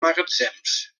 magatzems